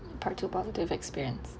part two positive experience